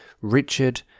Richard